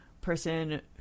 person